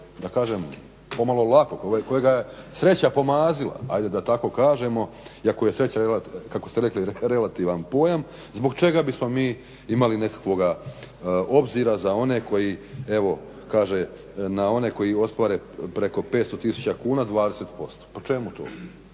to tako pomalo lako, kojega je sreća pomazila ajde da tako kažemo, iako je sreća kako ste rekli relativan pojam, zbog čega bismo mi imali nekakvoga obzira imali za one koji evo na oni koji ospore preko 500 tisuća kuna 20% pa čemu to?